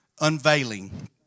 unveiling